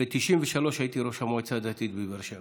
ב-1993 הייתי ראש המועצה הדתית בבאר שבע.